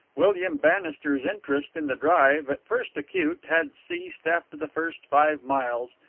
william bannister's interest in the drive, at first acute, had ceased after the first five miles,